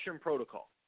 protocol